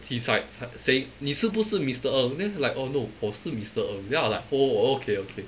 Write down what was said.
he's like like saying 你是不是 mister ng then I like uh no 我是 mister ng then I like oh okay okay